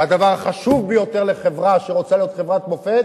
והדבר החשוב ביותר לחברה שרוצה להיות חברת מופת